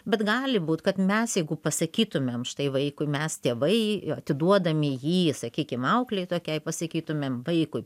bet gali būt kad mes jeigu pasakytumėm štai vaikui mes tėvai atiduodami jį sakykim auklei tokiai pasakytumėm vaikui